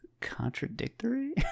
Contradictory